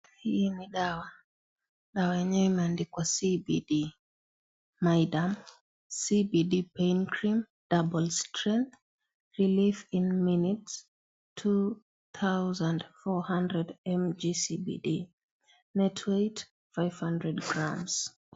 Hii ni dawa, dawa yenyewe imeandikwa CBD myaderm CBD pain Cream double strength relief in minutes 2400MG CBD net weight 500grams .